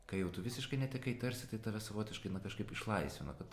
kai jau tu visiškai netekai tarsi tai tave savotiškai na kažkaip išlaisvino kad